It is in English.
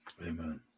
Amen